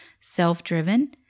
self-driven